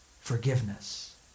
Forgiveness